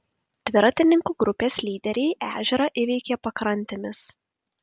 dviratininkų grupės lyderiai ežerą įveikė pakrantėmis